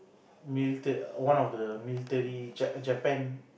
military one of the military Ja~ Japan